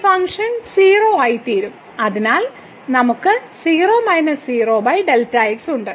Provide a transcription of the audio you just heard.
ഈ ഫംഗ്ഷൻ 0 ആയിത്തീരും അതിനാൽ നമുക്ക് ഉണ്ട്